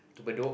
to Bedok